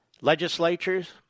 legislatures